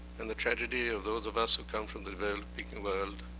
and the tragedy of those of us who come from the developing world